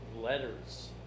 letters